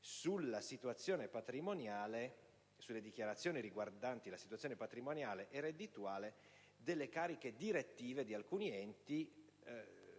non risultano notizie sulle dichiarazioni riguardanti la situazione patrimoniale e reddituale delle cariche direttive di alcuni enti